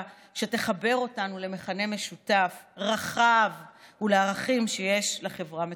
שתחבר אותנו למכנה משותף רחב ולערכים שיש לחברה מתוקנת.